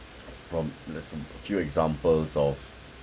from there's some few examples of